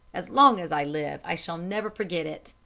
as long as i live i shall never forget it.